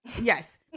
Yes